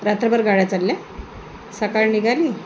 रात्रभर गाड्या चालल्या सकाळ निघाली